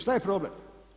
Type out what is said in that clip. Šta je problem?